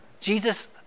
Jesus